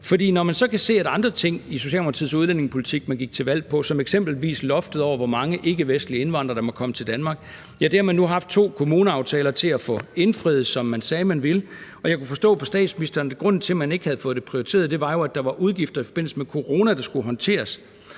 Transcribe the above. når man ser på de andre ting i Socialdemokratiets udlændingepolitik, som man gik til valg på, som eksempelvis loftet over, hvor mange ikkevestlige indvandrere der må komme til Danmark. Ja, det har man nu haft to kommuneaftaler til at få indfriet, som man sagde man ville. Jeg kunne forstå på statsministeren, at grunden til, at man ikke havde fået det prioriteret, jo var, at der var udgifter i forbindelse med coronaen, der skulle håndteres,